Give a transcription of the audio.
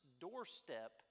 doorstep